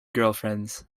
girlfriends